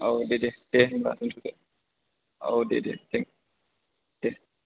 औ दे दे दे होमब्ला दोनथ'दो औ दे दे थेंखिउ दे